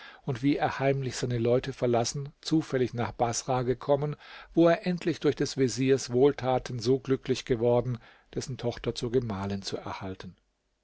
und wie er heimlich seine leute verlassen zufällig nach baßrah gekommen wo er endlich durch des veziers wohltaten so glücklich geworden war dessen tochter zur gemahlin zu erhalten